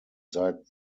seit